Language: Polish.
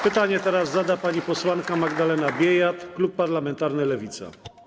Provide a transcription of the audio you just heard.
Pytanie zada pani posłanka Magdalena Biejat, klub parlamentarny Lewica.